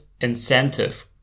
incentive